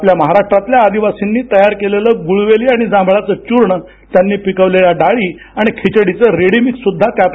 आपल्या महाराष्ट्रातल्या आदिवासींनी तयार केलेलं गुळवेली आणि जांभळाचं चूर्ण त्यांनी पिकवलेल्या डाळी आणि खिचडीसाठीचं रेडीमिक्स सुद्धा आहे त्यात